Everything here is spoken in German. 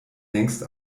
längst